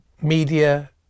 Media